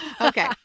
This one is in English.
Okay